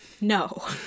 no